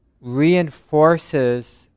reinforces